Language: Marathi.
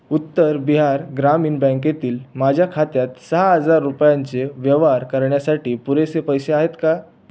उत्तर बिहार ग्रामीण बँकेतील माझ्या खात्यात सहा हजार रुपयांचे व्यवहार करण्यासाठी पुरेसे पैसे आहेत का